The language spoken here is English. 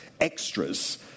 extras